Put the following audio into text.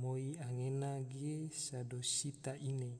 moi, anggena ge sado sita ine